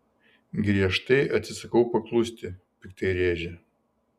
griežtai atsisakau paklusti piktai rėžia